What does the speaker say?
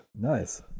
Nice